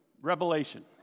Revelation